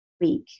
week